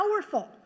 powerful